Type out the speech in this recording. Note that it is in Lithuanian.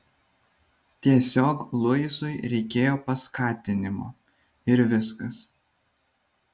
tiesiog luisui reikėjo paskatinimo ir viskas